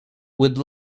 would